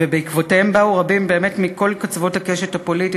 ובעקבותיהם באו רבים באמת מכל קצוות הקשת הפוליטית,